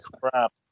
crap